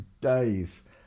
days